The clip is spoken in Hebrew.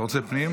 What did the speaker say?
אתה רוצה פנים?